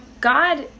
God